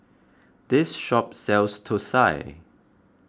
this shop sells Thosai